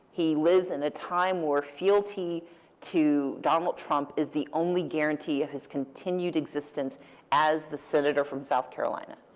he lives in a time where fealty to donald trump is the only guarantee of his continued existence as the senator from south carolina.